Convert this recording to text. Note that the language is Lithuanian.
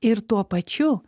ir tuo pačiu